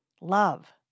love